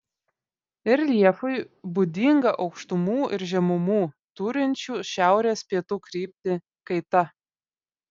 reljefui būdinga aukštumų ir žemumų turinčių šiaurės pietų kryptį kaita